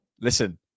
listen